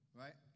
right